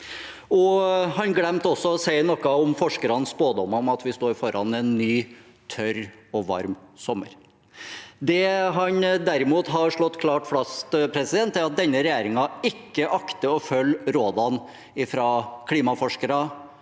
Han glemte også å si noe om forskernes spådommer om at vi står foran en ny tørr og varm sommer. Det han derimot har slått klart fast, er at denne regjeringen ikke akter å følge rådene fra klimaforskere,